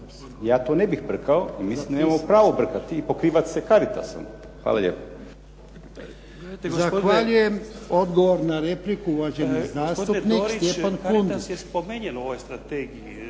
Ja to ne bih brkao i mislim da nemamo pravo brkati i pokrivati se Caritasom. Hvala lijepo. **Jarnjak, Ivan (HDZ)** Zahvaljujem. Odgovor na repliku, uvaženi zastupnik Stjepan Kundić.